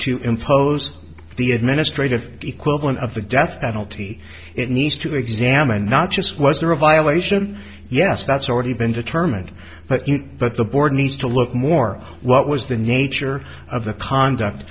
to impose the administrative equivalent of the death penalty it needs to examine not just was there a violation yes that's already been determined but but the board needs to look more what was the nature of the conduct